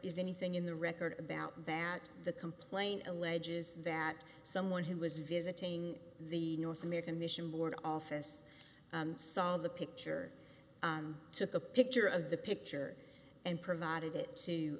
is anything in the record about that the complaint alleges that someone who was visiting the north american mission board office saw the picture and took a picture of the picture and provided it to